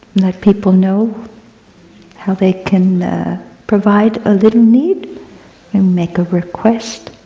let people know how they can provide a little need and make a request.